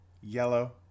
yellow